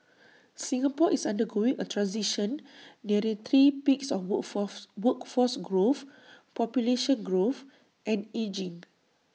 Singapore is undergoing A transition nearing three peaks of workforce workforce growth population growth and ageing